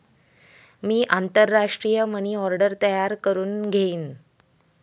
मी आंतरराष्ट्रीय money order तयार करुन घेईन